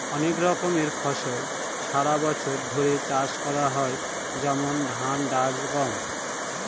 অনেক রকমের ফসল সারা বছর ধরে চাষ করা হয় যেমন ধান, ডাল, গম